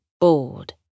bored